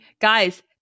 guys